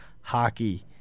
hockey